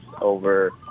over –